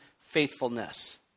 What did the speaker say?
faithfulness